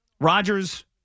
Rodgers